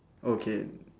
okay